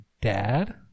dad